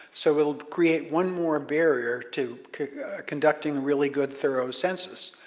so it'll create one more barrier to conducting really good, thorough census.